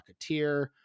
Rocketeer